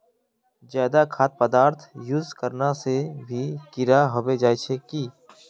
ज्यादा खाद पदार्थ यूज करना से भी कीड़ा होबे जाए है की?